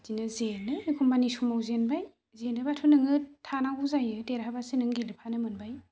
बिदिनो जेनो एखनबानि समाव जेनबाय जेनोबाथ' नोङो थानांगौ जायो देरहाबासो नों गेलेफानो मोनबाय